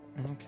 Okay